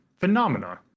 Phenomena